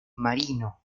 marino